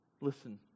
Listen